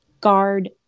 guard